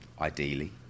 Ideally